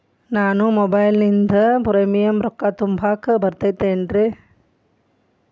ನಾನು ಮೊಬೈಲಿನಿಂದ್ ಪ್ರೇಮಿಯಂ ರೊಕ್ಕಾ ತುಂಬಾಕ್ ಬರತೈತೇನ್ರೇ?